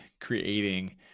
creating